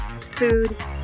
food